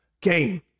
Game